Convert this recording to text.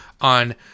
on